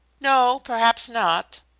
no, perhaps not.